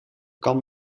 kan